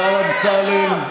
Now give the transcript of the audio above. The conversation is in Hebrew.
השר אמסלם,